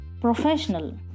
professional